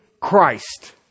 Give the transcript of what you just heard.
Christ